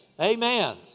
amen